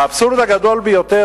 האבסורד הגדול ביותר,